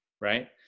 right